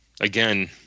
again